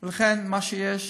לכן, מה שיש,